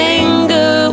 anger